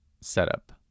setup